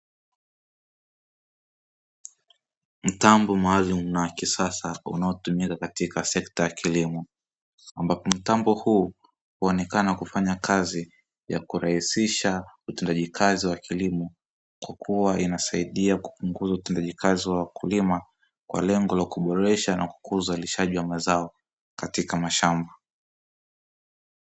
Mtambo maalumu na wa kisasa unaotumika katika sekta ya kilimo, ambapo mtambo huu huonekana kufanya kazi ya kurahisisha utendaji kazi wa kilimo, kwa kuwa inasaidia kupunguza utendaji kazi wa wakulima, kwa lengo la kuboresha na kukuza uzalishaji wa mazao katika mashamba.